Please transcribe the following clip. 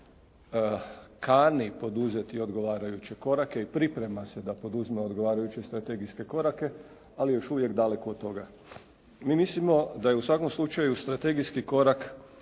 kani poduzeti odgovarajuće korake i priprema se da poduzme odgovarajuće strategijske korake, ali je još uvijek daleko od toga. Mi mislimo da je u svakom slučaju strategijski korak